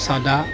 চাদা